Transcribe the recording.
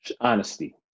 Honesty